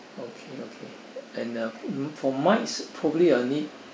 okay okay and uh for mics probably I'll need